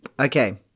Okay